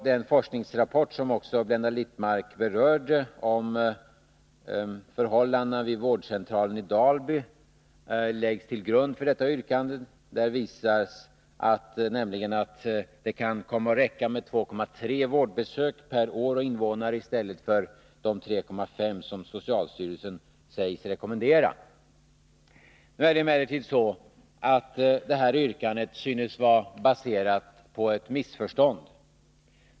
Den forskningsrapport om förhållandena vid vårdcentralen i Dalby som Blenda Littmarck också berörde visar nämligen att det kan räcka med 2,3 vårdbesök per år och invånare i stället för de 3,5 som socialstyrelsen sägs rekommendera. Nu är det emellertid så att hela yrkandet synes vara baserat på ett missförstånd.